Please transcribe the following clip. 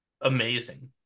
amazing